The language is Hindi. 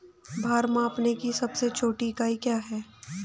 भार मापने की सबसे छोटी इकाई क्या है?